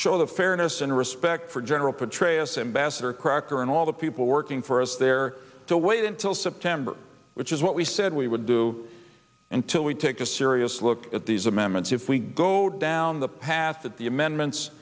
show the fairness and respect for general petraeus embassador crocker and all the people working for us there to wait until september which is what we said we would do until we take a serious look at these amendments if we go down the path that the amendments